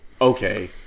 Okay